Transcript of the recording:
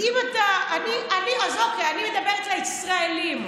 אז אוקיי, אני מדברת לישראלים.